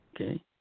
okay